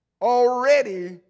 already